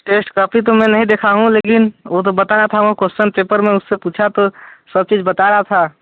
test copy तो मैं नहीं देखा हूँ लेकिन वो तो बता रहा था कोसन पेपर में से पूछा तो सब चीज़ बता रहा था